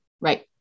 Right